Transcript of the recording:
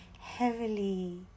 heavily